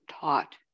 taught